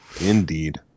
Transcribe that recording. Indeed